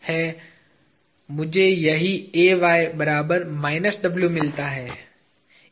तो मुझे यही मिलता है